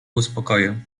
uspokoję